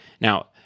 Now